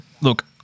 look-